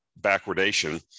backwardation